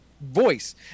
voice